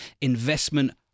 investment